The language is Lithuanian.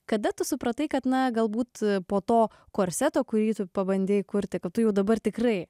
kada tu supratai kad na galbūt po to korseto kurį tu pabandei kurti kad tu jau dabar tikrai